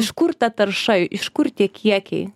iš kur ta tarša iš kur tie kiekiai